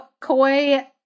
Koi